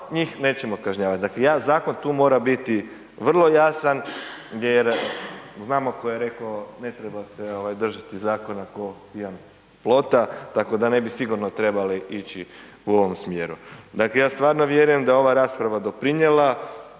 njih nećemo kažnjavat, dakle jedan zakon tu mora biti vrlo jasan jer znamo ko je reko ne treba se ovaj držati zakona ko pijan plota, tako da ne bi sigurno trebali ići u ovom smjeru. Dakle, ja stvarno vjerujem da je ova rasprava doprinjela